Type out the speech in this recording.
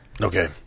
Okay